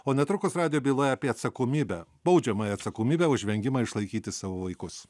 o netrukus radijo byloje apie atsakomybę baudžiamąją atsakomybę už vengimą išlaikyti savo vaikus